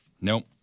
Nope